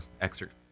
Excerpt